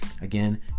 again